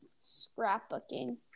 Scrapbooking